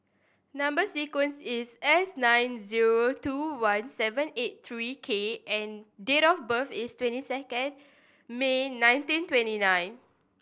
number sequence is S nine zero two one seven eight three K and date of birth is twenty second May nineteen twenty nine